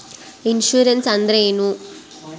Insurance ಅಂದ್ರೇನು?